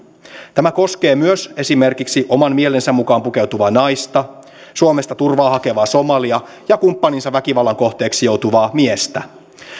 tämä koskee myös esimerkiksi oman mielensä mukaan pukeutuvaa naista suomesta turvaa hakevaa somalia ja kumppaninsa väkivallan kohteeksi joutuvaa miestä